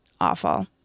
awful